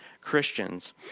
Christians